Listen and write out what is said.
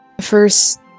First